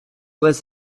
was